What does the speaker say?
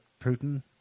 Putin